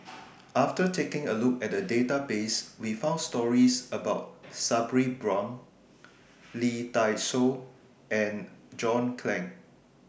after taking A Look At The Database We found stories about Sabri Buang Lee Dai Soh and John Clang